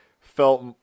felt